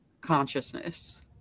consciousness